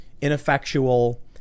ineffectual